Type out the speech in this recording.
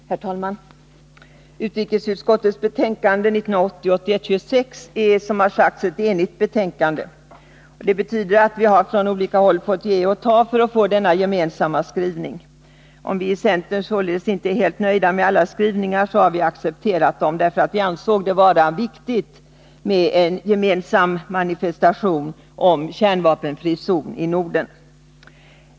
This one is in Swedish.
Herr talman! Utrikesutskottets betänkande 1980/81:26 är, som framhållits, ett enhälligt betänkande. Det betyder att vi från olika håll har fått ge och ta för att komma fram till denna gemensamma skrivning. Även om vi i centern således inte är helt nöjda med alla skrivningar, har vi ändå accepterat dem därför att vi ansett det vara riktigt med en gemensam manifestation om en kärnvapenfri zon i Norden.